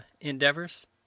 endeavors